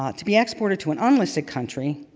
um to be exported to an unlisted country